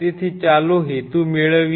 તેથી ચાલો હેતુ મેળવીએ